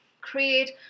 create